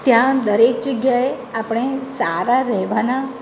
ત્યાં દરેક જગ્યાએ આપણે સારા રહેવાના